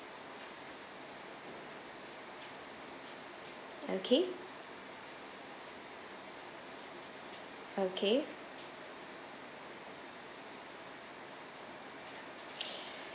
okay okay